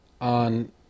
on